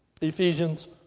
Ephesians